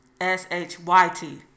S-H-Y-T